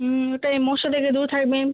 হুম ওটাই মশা থেকে দূর থাকবেন